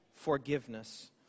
forgiveness